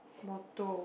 motto